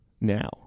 now